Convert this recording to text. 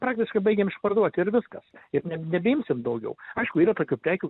praktiškai baigiam išparduoti ir viskas ir ne nebeimsim daugiau aišku yra tokių prekių